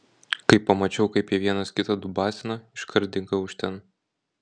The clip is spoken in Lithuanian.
kai pamačiau kaip jie vienas kitą dubasina iškart dingau iš ten